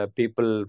people